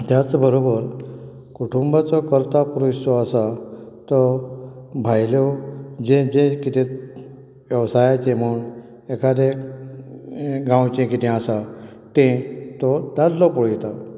त्याच बरोबर कुटुंबाचो कर्ता पुरूश जो आसा तो भायलो जें जें कितें वेवसायाचें मन एकादें गांवचें कितें आसा तें तो दादलो पळयतालो